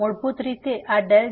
તેથી મૂળભૂત રીતે આ ∂x જેવું છે